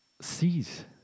sees